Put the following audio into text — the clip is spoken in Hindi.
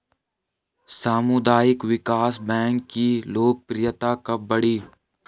सामुदायिक विकास बैंक की लोकप्रियता कब बढ़ी?